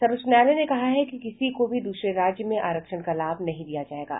सर्वोच्च न्यायालय ने कहा है कि किसी को भी दूसरे राज्य में आरक्षण का लाभ नहीं दिया जा सकता है